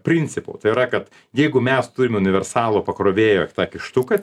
principu tai yra kad jeigu mes turim universalų pakrovėjo tą kištuką